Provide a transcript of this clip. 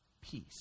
peace